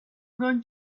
going